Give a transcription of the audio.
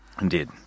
Indeed